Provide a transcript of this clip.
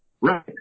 Right